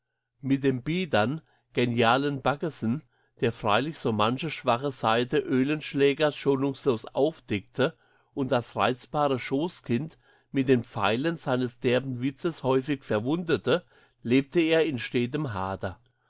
mit dem biedern genialen baggesen der freilich so manche schwache seite oehlenschlägers schonungslos aufdeckte und das reizbare schooßkind mit den pfeilen seines derben witzes häufig verwundete lebte er in stetem hader